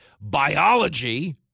biology